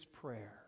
prayer